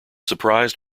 surprised